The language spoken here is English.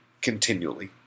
continually